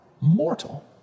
mortal